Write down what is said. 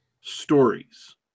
stories